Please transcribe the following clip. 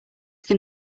can